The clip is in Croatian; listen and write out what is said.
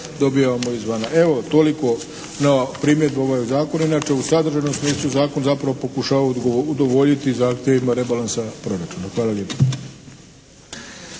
dobijamo izvana. Evo toliko na primjedbe o ovom zakonu. Inače u sadržajnom smislu zakon zapravo pokušava udovoljiti zahtjevima rebalansa proračuna. Hvala lijepa.